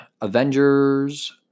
Avengers